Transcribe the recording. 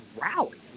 rally